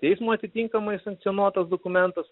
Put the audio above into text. teismo atitinkamai sankcionuotas dokumentas